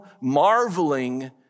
marveling